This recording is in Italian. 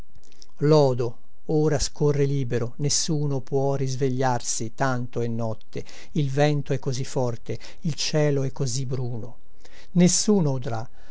lodo ora scorre libero nessuno può risvegliarsi tanto è notte il vento è così forte il cielo è così bruno nessuno udrà